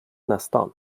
nästan